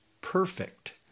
perfect